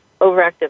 overactive